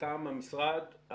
לטעם המשרד,